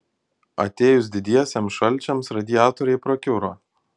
atėjus didiesiems šalčiams radiatoriai prakiuro